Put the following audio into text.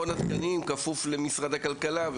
מכון התקנים כפוף למשרד הכלכלה,